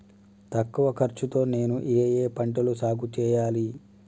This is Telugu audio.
తక్కువ ఖర్చు తో నేను ఏ ఏ పంటలు సాగుచేయాలి?